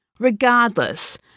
Regardless